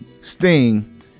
Sting